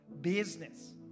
business